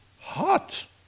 hot